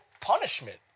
punishment